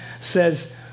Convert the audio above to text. says